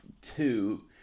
two